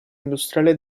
industriale